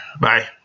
Bye